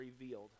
revealed